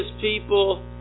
people